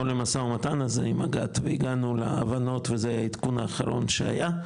למשא ומתן עם אג"ת והגענו להבנות וזה עדכון אחרון שהיה.